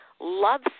love